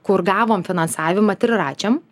kur gavome finansavimą triračiam